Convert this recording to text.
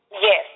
Yes